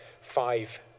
five